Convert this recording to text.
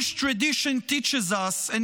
Jewish tradition teaches us an